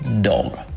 dog